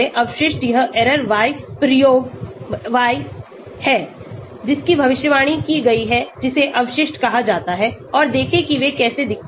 अवशिष्ट यह error y प्रयोग y है जिसकी भविष्यवाणी की गई है जिसे अवशिष्ट कहा जाता है और देखें कि वे कैसे दिखते हैं